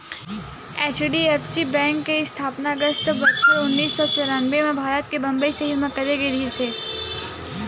HDFC bank के इस्थापना अगस्त बछर उन्नीस सौ चौरनबें म भारत के बंबई सहर म करे गे रिहिस हे